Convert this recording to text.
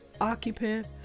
occupant